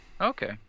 okay